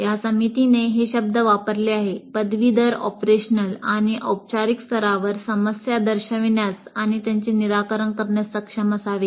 या समितीने हे शब्द वापरले आहेत पदवीधर ऑपरेशनल आणि वैचारिक स्तरावर समस्या दर्शविण्यास आणि त्यांचे निराकरण करण्यास सक्षम असावेत